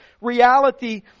reality